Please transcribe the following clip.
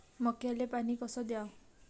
मक्याले पानी कस द्याव?